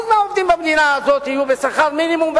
מהעובדים במדינה הזאת יהיו בשכר מינימום,